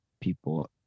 people